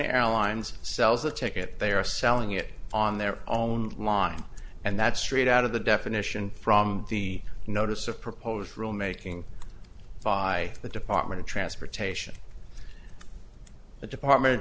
airlines sells the ticket they are selling it on their own lawn and that's straight out of the definition from the notice of proposed rulemaking by the department of transportation the department of